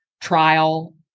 trial